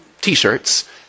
T-shirts